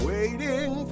Waiting